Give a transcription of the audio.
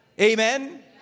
Amen